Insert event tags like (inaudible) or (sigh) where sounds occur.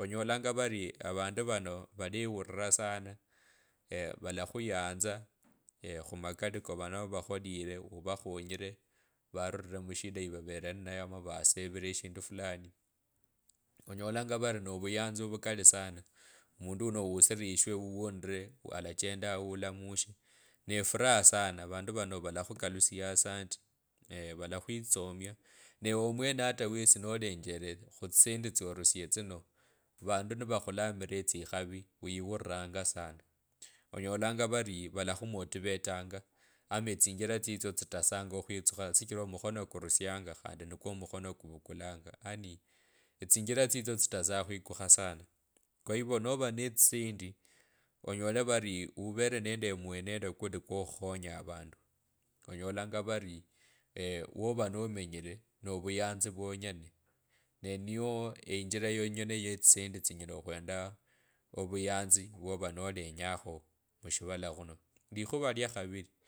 onyolanga varii avundu vano valeurira (hesitation) valakhuyanza (hesitation) khumakali kavo novakholile uvakhonyire varure mushinda yivavele ninayo vasevile eshindu fulani onyalanga vari novuyanzi ovulali sana mundu uno usilishwa uwonire alachendanga, ulamushe nefuraha sana avandu vano valakhukalisiya asandi (hesitation) valakwiysomia nawe omwene hata wesi nolengele khu tsisendi tsorisiye tsina vandu nivakhulamila etsikhavi wiwuriranga sana, onyalanga vari valakhumitivetanga ama etsinjila tsitsyo okhutsukha shichira omukhono kururianga khandi nikwo omukhona kuvukulanga ani etsinjila tsitsyo tsitesanga okhwikukha sana. Kwa hivyo nova netsisendi onyole vari uvele nende omwenendo kulii kwo okhukhava avundu, onyolanga vari (hesitation) ova nomenyile novuyanzi vyonyene na niyo na niyo einjira yenyene yetsisendi tsinyela khwenda ovuyanzi vyova nolenyakho mushivala khuno likhuva liakhavili.